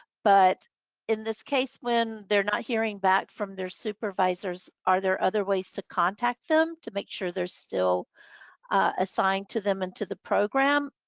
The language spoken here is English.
but in this case when they're not hearing back from their supervisors, are there other ways to contact them to make sure there's still assigned to them and in the program?